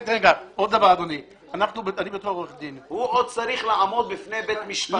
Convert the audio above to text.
לא, אני מסכים עם כל מילה שאמרת.